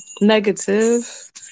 negative